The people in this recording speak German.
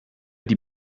die